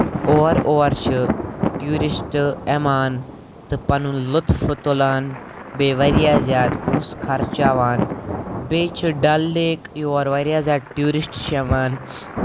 اور اور چھِ ٹیوٗرِسٹ یوان تہٕ پَنُن لُطُف تُلان بیٚیہِ واریاہ زیادٕ پونٛسہٕ خرچاوان بیٚیہِ چھُ ڈل لیک یورٕ واریاہ زیادٕ ٹیوٗرِسٹ چھِ یِوان